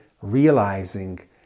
realizing